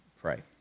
pray